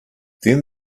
then